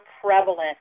prevalent